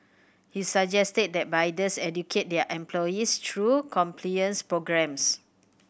he suggested that bidders educate their employees through compliance programmes